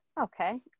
Okay